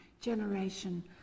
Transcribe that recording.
generation